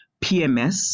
PMS